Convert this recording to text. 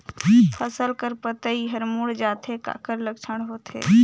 फसल कर पतइ हर मुड़ जाथे काकर लक्षण होथे?